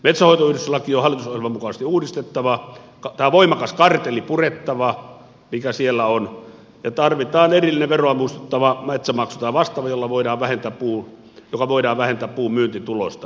metsänhoitoyhdistyslaki on hallitusohjelman mukaisesti uudistettava tämä voimakas kartelli purettava mikä siellä on ja tarvitaan erillinen veroa muistuttava metsämaksu tai vastaava joka voidaan vähentää puunmyyntituloista